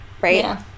right